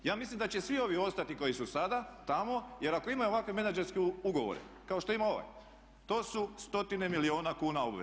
Ja mislim da će svi ovi ostati koji su sada tamo jer ako imaju ovakve menadžerske ugovore kao što ima ovaj to su stotine milijuna kuna obveza.